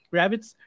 rabbits